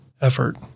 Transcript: effort